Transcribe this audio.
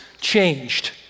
changed